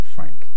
Frank